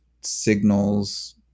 signals